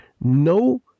no